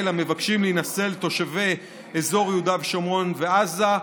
המבקשים להינשא לתושבי אזור יהודה ושומרון ועזה,